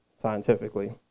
scientifically